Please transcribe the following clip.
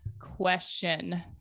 question